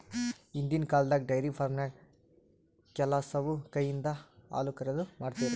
ಹಿಂದಿನ್ ಕಾಲ್ದಾಗ dairy farming ಕೆಲಸವು ಕೈಯಿಂದ ಹಾಲುಕರೆದು, ಮಾಡ್ತಿರು